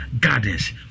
Gardens